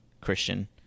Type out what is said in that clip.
Christian